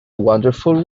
wonderful